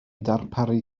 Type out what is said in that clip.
darparu